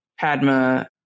padma